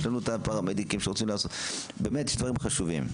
יש לנו הפרמדיקים שרוצים לעשות, יש דברים חשובים.